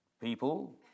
People